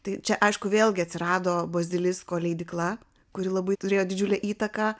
tai čia aišku vėlgi atsirado bazilisko leidykla kuri labai turėjo didžiulę įtaką